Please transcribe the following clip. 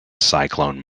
cyclone